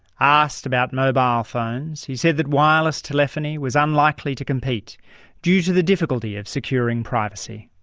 asked about mobile phones he said that wireless telephony was unlikely to compete due to the difficulty of securing privacy.